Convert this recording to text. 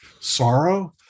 sorrow